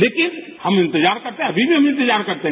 लेकिन हम इंतजार करते हैं अभी भी हम इंतजार करते है